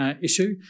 issue